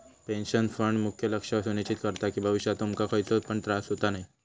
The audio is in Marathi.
पेंशन फंड मुख्य लक्ष सुनिश्चित करता कि भविष्यात तुमका खयचो पण त्रास होता नये